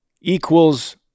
equals